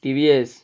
TVS